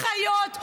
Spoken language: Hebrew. אחיות,